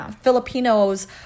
filipinos